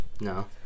No